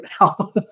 now